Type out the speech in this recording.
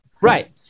Right